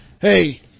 hey